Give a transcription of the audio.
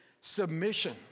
submission